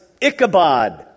Ichabod